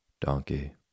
Donkey